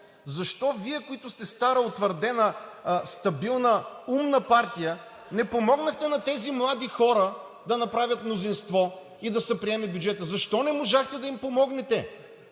Защо Вие, които сте стара, утвърдена, стабилна, умна партия, не помогнахте на тези млади хора да направят мнозинство и да се приеме бюджетът? Защо не можахте да им помогнете?